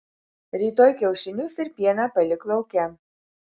rytoj kiaušinius ir pieną palik lauke